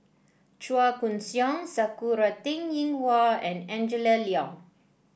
Chua Koon Siong Sakura Teng Ying Hua and Angela Liong